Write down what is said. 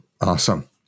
Awesome